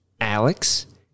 Alex